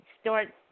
start